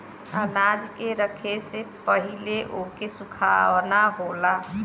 अनाज के रखे से पहिले ओके सुखाना होला